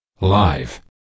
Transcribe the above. Live